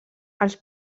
els